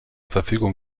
verfügung